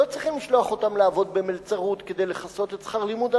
לא צריכים לשלוח אותם לעבוד במלצרות כדי לכסות את שכר הלימוד.